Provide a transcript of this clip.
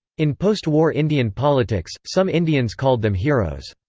in postwar indian politics, some indians called them heroes.